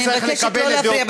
אני מבקשת לא להפריע,